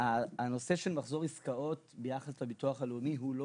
הנושא של מחזור עסקאות ביחס לביטוח הלאומי הוא בכלל